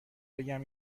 بگم